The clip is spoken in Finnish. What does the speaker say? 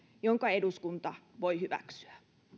jonka eduskunta voi hyväksyä